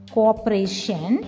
Cooperation